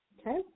Okay